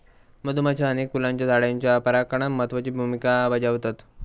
मधुमाश्या अनेक फुलांच्या झाडांच्या परागणात महत्त्वाची भुमिका बजावतत